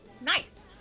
Nice